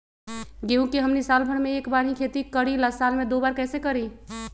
गेंहू के हमनी साल भर मे एक बार ही खेती करीला साल में दो बार कैसे करी?